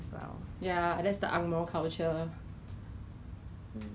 买我的 frozen pack nuggets